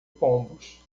pombos